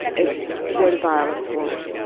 it's where the violence was.